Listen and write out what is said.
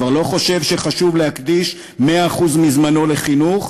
כבר לא חושב שחשוב להקדיש את מאה אחוז זמנו לחינוך,